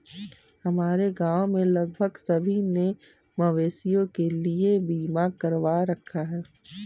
हमारे गांव में लगभग सभी ने मवेशियों के लिए बीमा करवा रखा है